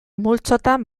multzotan